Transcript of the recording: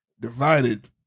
Divided